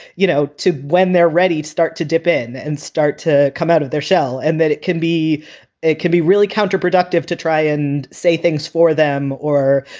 you know, to when they're ready to start to dip in and start to come out of their shell. and that it can be it can be really counterproductive to try and say things for them or,